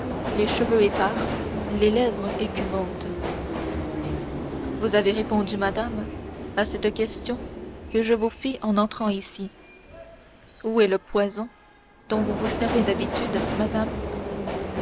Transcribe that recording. les cheveux épars les lèvres écumantes vous avez répondu madame à cette question que je vous fis en entrant ici où est le poison dont vous vous servez d'habitude madame